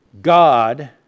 God